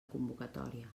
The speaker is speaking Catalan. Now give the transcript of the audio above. convocatòria